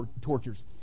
tortures